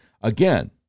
Again